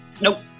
Nope